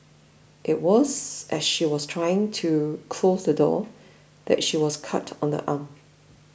it was as she was trying to close the door that she was cut on the arm